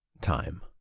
time